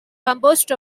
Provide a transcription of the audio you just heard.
composed